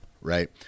Right